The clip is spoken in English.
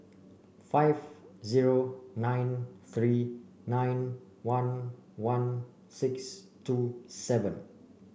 five zero nine three nine one one six two seven